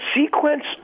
sequence